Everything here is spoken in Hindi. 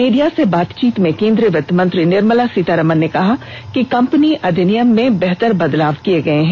मीडिया से बातचीत में केन्द्रीय वित्तमंत्री निर्मला सीतारामन ने कहा कि कम्पनी अधिनियम में बेहत्तर बदलाव किए गए हैं